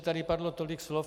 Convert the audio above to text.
Tady padlo tolik slov.